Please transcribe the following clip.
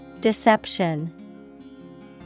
Deception